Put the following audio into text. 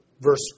verse